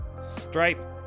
Stripe